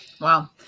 Wow